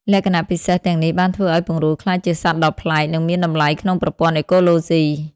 លក្ខណៈពិសេសទាំងនេះបានធ្វើឱ្យពង្រូលក្លាយជាសត្វដ៏ប្លែក និងមានតម្លៃក្នុងប្រព័ន្ធអេកូឡូស៊ី។